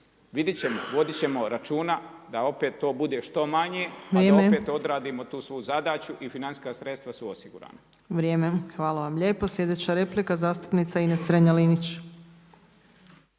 vidjeti ćemo, voditi ćemo računa da opet to bude što manje a da opet odradimo tu svu zadaću i financijska sredstva su osigurana. **Opačić, Milanka (SDP)** Hvala vam lijepo. Sljedeća replika, zastupnica Ines Strenja-Linić.